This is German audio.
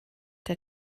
der